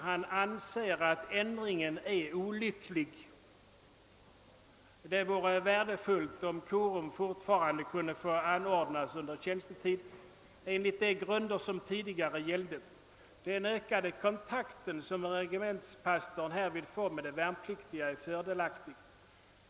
Han anser ati ändringen är olycklig och skriver: »Det vore värdefullt, om korum fortfarande kunde få anordnas under tjänstetid enligt de grunder som tidigare gällde. Den ökade kontakt, som regementspastorn härvid får med de värn pliktiga, är fördelaktig.